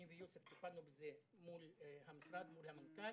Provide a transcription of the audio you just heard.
אני ויוסף טיפלנו בזה מול המשרד, מול המנכ"ל.